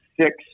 six